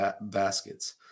baskets